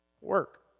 Work